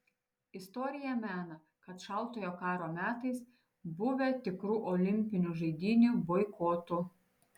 istorija mena kad šaltojo karo metais buvę tikrų olimpinių žaidynių boikotų